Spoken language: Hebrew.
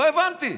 לא הבנתי,